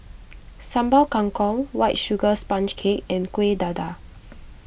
Sambal Kangkong White Sugar Sponge Cake and Kuih Dadar